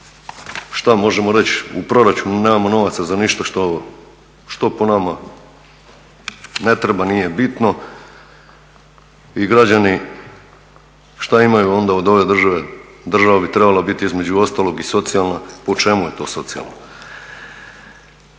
što možemo reći, u proračunu nemamo novaca za ništa što po nama ne treba, nije bitno. I građani što imaju onda od ove države? Država bi trebala biti između ostalog i socijalna. Po čemu je to socijalna?